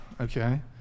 Okay